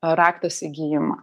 raktas į gijimą